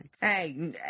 Hey